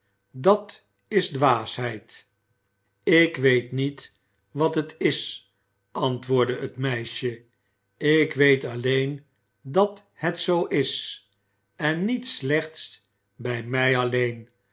dat is dwaasheid ik weet niet wat het is antwoordde het meisje ik weet alleen dat het zoo is en niet slechts bij mij alleen